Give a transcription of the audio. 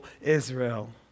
Israel